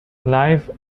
live